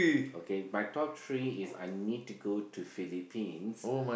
okay my top three is I need to go to Philippines